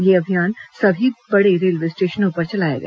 यह अभियान सभी बड़े रेलवे स्टेशनों पर चलाया गया